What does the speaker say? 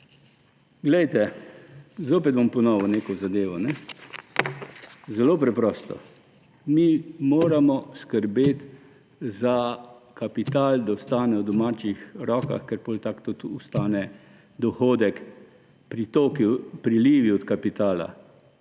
Zopet bom ponovil neko zadevo, zelo preprosto, mi moramo skrbeti za kapital, da ostane v domačih rokah, ker potem tako tudi ostane dohodek, pritoki, prilivi od kapitala.